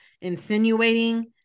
insinuating